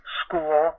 school